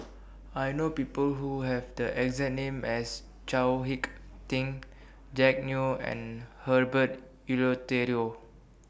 I know People Who Have The exact name as Chao Hick Tin Jack Neo and Herbert Eleuterio